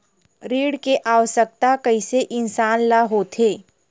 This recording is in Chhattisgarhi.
ऋण के आवश्कता कइसे इंसान ला होथे?